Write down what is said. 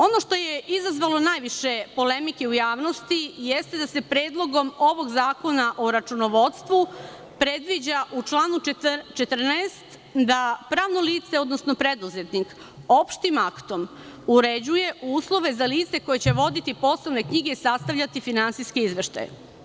Ono što je izazvalo najviše polemike u javnosti jeste da se Predlogom ovog zakona o računovodstvu predviđa u članu 14. da pravno lice, odnosno preduzetnik, opštim aktom uređuje uslove za lice koje će voditi poslovne knjige i sastavljati finansijske izveštaje.